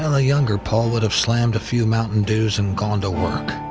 a younger paul would have slammed a few mountain dews and gone to work.